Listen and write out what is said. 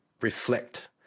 reflect